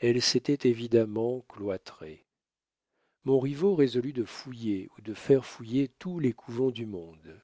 elle s'était évidemment cloîtrée montriveau résolut de fouiller ou de faire fouiller tous les couvents du monde